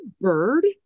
bird